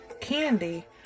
Candy